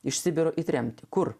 iš sibiro į tremtį kur